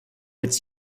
its